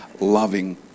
loving